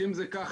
אם זה כך,